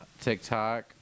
TikTok